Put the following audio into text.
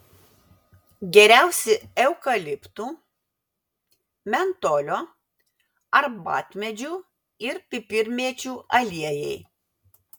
geriausi eukaliptų mentolio arbatmedžių ir pipirmėčių aliejai